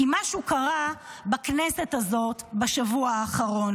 כי משהו קרה בכנסת הזאת בשבוע האחרון.